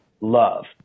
love